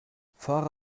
fahre